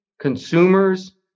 consumers